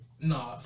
Nah